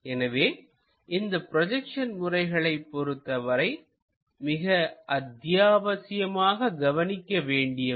எனவே இந்த ப்ரொஜெக்ஷன் முறைகளைப் பொறுத்தவரை மிக அத்தியாவசியமாக கவனிக்க வேண்டியவை